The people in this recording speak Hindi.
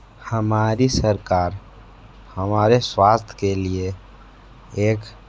हमारी सरकार हमारे स्वास्थ्य के लिए एक